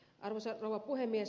arvoisa rouva puhemies